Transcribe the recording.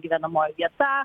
gyvenamoji vieta